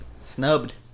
snubbed